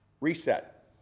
Reset